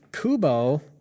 Kubo